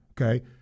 Okay